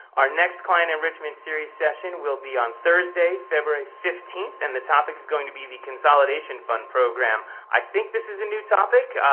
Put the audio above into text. our next client enrichment series session will be on thursday, february fifteenth, and the topic is going to be the consolidation fund program. i think this is a new topic.